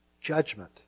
judgment